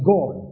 God